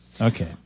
Okay